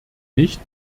nicht